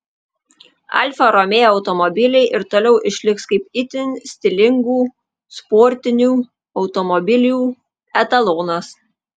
alfa romeo automobiliai ir toliau išliks kaip itin stilingų sportinių automobilių etalonas